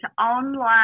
online